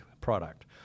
product